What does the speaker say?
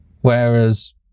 Whereas